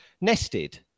Nested